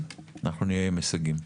אנחנו נהיה עם הישגים.